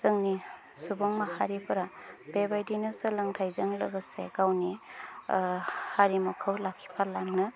जोंनि सुबु़ माहारिफोरा बेबायदिनो सोलोंथाइजों लोगोसे गावनि हारिमुखौ लाखिफालांनो